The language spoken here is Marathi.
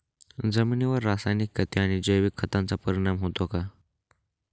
जमिनीवर रासायनिक खते आणि जैविक खतांचा परिणाम होतो का?